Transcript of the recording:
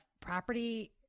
property